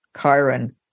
Chiron